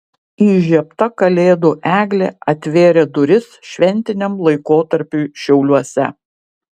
įžiebta kalėdų eglė atvėrė duris šventiniam laikotarpiui šiauliuose